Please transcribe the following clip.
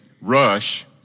Rush